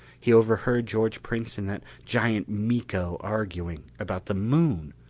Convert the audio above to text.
he overheard george prince and that giant miko arguing about the moon!